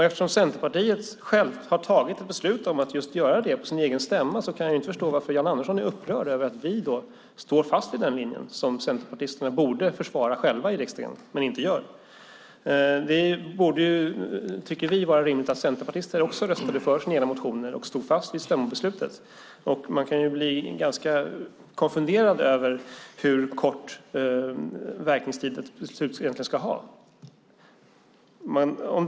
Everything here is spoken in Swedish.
Eftersom Centerpartiet på sin egen stämma har tagit ett beslut om just detta kan jag inte förstå varför Jan Andersson är upprörd över att vi står fast vid denna linje, som också Centerpartiet borde försvara i riksdagen. Vi tycker att det borde vara rimligt att centerpartisterna röstade för sina egna motioner och stod fast vid stämmobeslutet. Man kan bli ganska konfunderad över att ett beslut har så kort verkningstid.